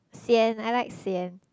sian I like sian